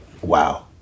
Wow